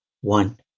One